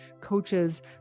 coaches